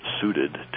suited